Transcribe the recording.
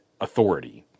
authority